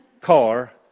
car